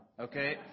Okay